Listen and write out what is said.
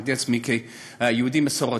וראיתי את עצמי כיהודי מסורתי,